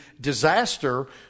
disaster